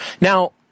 Now